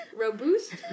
Robust